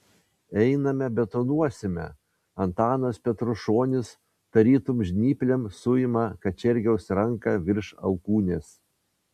einame betonuosime antanas petrušonis tarytum žnyplėm suima kačergiaus ranką virš alkūnės